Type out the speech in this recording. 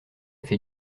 fait